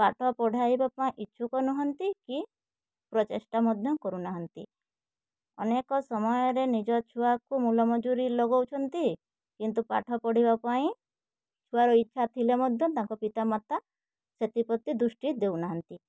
ପାଠ ପଢ଼ାଇବା ପାଇଁ ଇଛୁକ ନୁହଁନ୍ତି କି ପ୍ରଚେଷ୍ଟା ମଧ୍ୟ କରୁ ନାହାଁନ୍ତି ଅନେକ ସମୟରେ ନିଜ ଛୁଆକୁ ମୁଲ ମଜୁରୀ ଲଗଉଛନ୍ତି କିନ୍ତୁ ପାଠ ପଢ଼ିବା ପାଇଁ ଛୁଆର ଇଚ୍ଛା ଥିଲେ ମଧ୍ୟ ତାଙ୍କ ପିତା ମାତା ସେଥିପ୍ରତି ଦୃଷ୍ଟି ଦେଉନାହାଁନ୍ତି